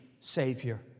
Savior